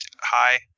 hi